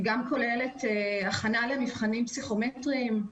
היא כוללת הכנה למבחנים פסיכומטריים.